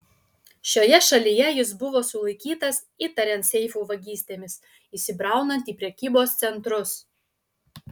šioje šalyje jis buvo sulaikytas įtariant seifų vagystėmis įsibraunant į prekybos centrus